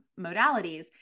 modalities